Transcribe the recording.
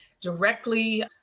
directly